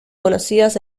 conocidas